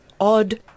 odd